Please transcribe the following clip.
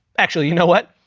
actually, you know what?